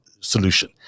solution